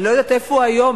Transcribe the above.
אני לא יודעת איפה הוא היום,